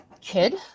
kid